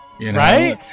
Right